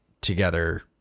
together